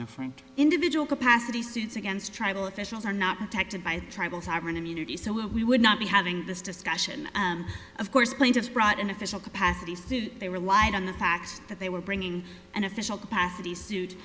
different individual capacity suits against tribal officials are not protected by tribal sovereign immunity so we would not be having this discussion of course plaintiffs brought in official capacity suit they relied on the fact that they were bringing an official capacity su